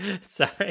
Sorry